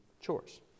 chores